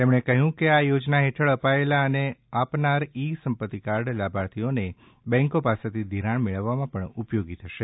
તેમણે કહ્યું કે આ યોજના હેઠળ અપાયેલા અને આપનાર ઈ સંપત્તિકાર્ડ લાભાર્થીઓને બેન્કો પાસેથી ધિરાણ મેળવવામાં પણ ઉપયોગી થશે